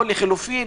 או לחילופין,